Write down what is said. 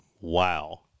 Wow